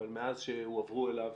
אבל מאז שהועברו אליו